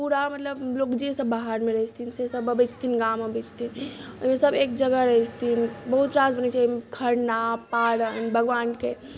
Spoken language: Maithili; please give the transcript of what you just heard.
पूरा मतलब जेसभ बाहरमे रहैत छथिन सेसभ अबैत छथिन गाम अबैत छथिन ओहिमे सभ एक जगह रहैत छथिन बहुत रास बनैत छै खरना पारन भगवानके